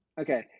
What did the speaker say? Okay